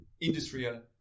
industrial